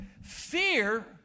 Fear